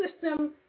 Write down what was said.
system